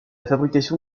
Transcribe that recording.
fabrication